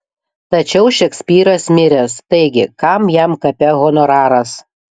tačiau šekspyras miręs taigi kam jam kape honoraras